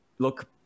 look